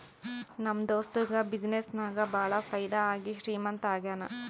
ನಮ್ ದೋಸ್ತುಗ ಬಿಸಿನ್ನೆಸ್ ನಾಗ್ ಭಾಳ ಫೈದಾ ಆಗಿ ಶ್ರೀಮಂತ ಆಗ್ಯಾನ